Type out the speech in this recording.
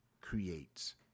creates